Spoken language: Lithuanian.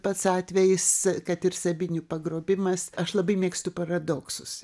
pats atvejis kad ir sabinių pagrobimas aš labai mėgstu paradoksus